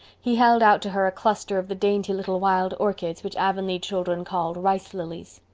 he held out to her a cluster of the dainty little wild orchids which avonlea children called rice lillies.